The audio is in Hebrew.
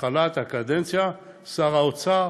בתחילת הקדנציה, שר האוצר